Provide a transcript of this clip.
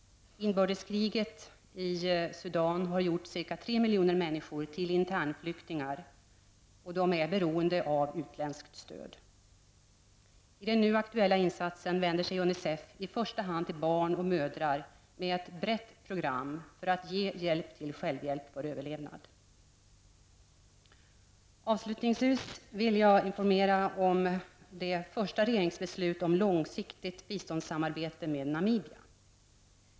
Inbördeskriget i Sudan har gjort ca 3 miljoner människor till internflyktingar. Dessa är beroende av utländskt stöd. I den nu aktuella insatsen vänder sig Unicef i första hand till barn och mödrar med ett brett program för att ge hjälp till självhjälp för överlevnad. Avslutningsvis vill jag informera om det första regeringsbeslutet när det gäller det långsiktiga biståndssamarbetet med Namibia.